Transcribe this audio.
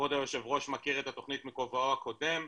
כבוד היושב ראש מכיר את התכנית מכובעו הקודם.